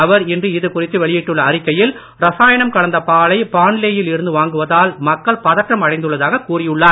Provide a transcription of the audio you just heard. அவர் இன்று இதுகுறித்து வெளியிட்டுள்ள அறிக்கையில் ரசாயனம் கலந்த பாலை பாண்லே யில் இருந்து வாங்குவதால் மக்கள் பதற்றம் அடைந்துள்ளதாகக் கூறியுள்ளார்